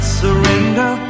surrender